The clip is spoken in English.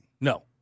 No